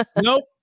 Nope